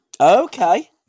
Okay